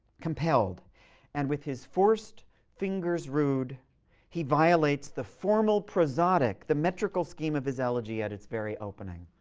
compelled and with his forced fingers rude he violates the formal prosodic, the metrical, scheme of his elegy at its very opening.